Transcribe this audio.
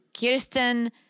Kirsten